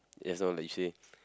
just now like you say